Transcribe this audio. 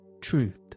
truth